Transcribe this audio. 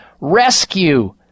Rescue